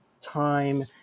time